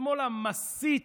לשמאל המסית,